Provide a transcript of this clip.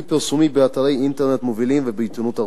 פרסומי באתרי אינטרנט מובילים ובעיתונות ארצית,